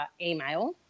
email